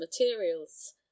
materials